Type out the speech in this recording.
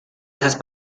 esas